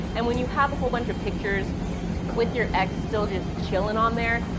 and when you have a whole bunch of pictures with your ex still just chilling on there,